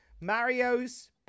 Mario's